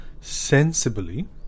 sensibly